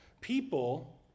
People